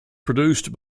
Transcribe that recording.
produced